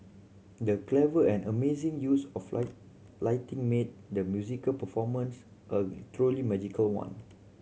the clever and amazing use of light lighting made the musical performance a truly magical one